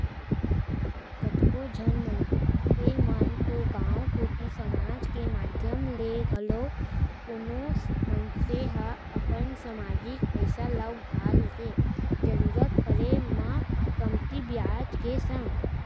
कतको झन मनसे मन तो गांव कोती समाज के माधियम ले घलौ कोनो मनसे ह अपन समाजिक पइसा ल उठा लेथे जरुरत पड़े म कमती बियाज के संग